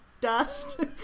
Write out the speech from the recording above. dust